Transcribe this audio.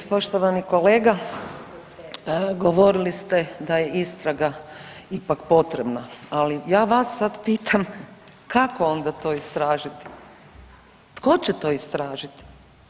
Poštovani kolega govorili ste da je istraga ipak potrebna, ali ja vas sad pitam kako onda to istražiti, tko će to istražiti?